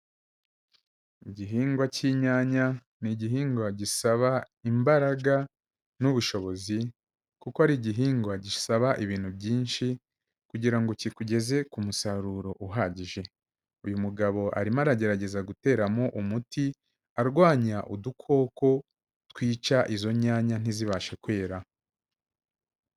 Igihingwa k'inyanya, ni igihingwa gisaba imbaraga n'ubushobozi kuko ari igihingwa gisaba ibintu byinshi kugira ngo kikugeze ku musaruro uhagije. Uyu mugabo arimo aragerageza guteramo umuti, arwanya udukoko twica izo nyanya ntizibashe kwera.